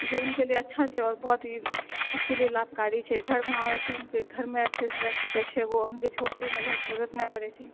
जे हुनके लिए अच्छा छै आओर बहुत ही सबके लिए लाभकारी छै घर बनाबैसँ हुनके घरमे अच्छेसँ रहि सकै छै ओ हुनके झोपड़ीमे रहैके जरूरत नहि पड़ै छै